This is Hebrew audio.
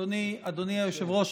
אדוני היושב-ראש,